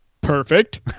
Perfect